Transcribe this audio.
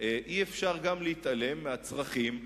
אי-אפשר גם להתעלם מהצרכים הקיימים,